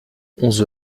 onze